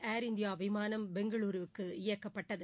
Air India விமானம் பெங்களூருவுக்கு இயக்கப்பட்டது